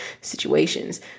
situations